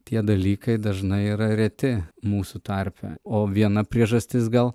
tie dalykai dažnai yra reti mūsų tarpe o viena priežastis gal